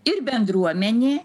ir bendruomenė